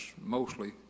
mostly